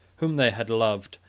whom they had loved,